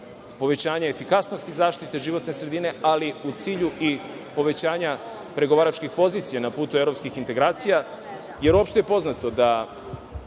povećanja efikasnosti zaštite životne sredine, ali i u cilju povećanja pregovaračkih pozicija na putu evropskih integracija, jer opšte je poznato da,